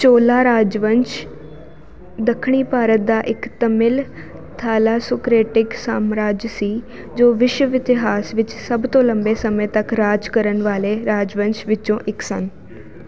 ਚੋਲਾ ਰਾਜਵੰਸ਼ ਦੱਖਣੀ ਭਾਰਤ ਦਾ ਇੱਕ ਤਮਿਲ ਥਾਲਾਸੋਕ੍ਰੈਟਿਕ ਸਾਮਰਾਜ ਸੀ ਜੋ ਵਿਸ਼ਵ ਇਤਿਹਾਸ ਵਿੱਚ ਸਭ ਤੋਂ ਲੰਬੇ ਸਮੇਂ ਤੱਕ ਰਾਜ ਕਰਨ ਵਾਲੇ ਰਾਜਵੰਸ਼ ਵਿੱਚੋਂ ਇੱਕ ਸਨ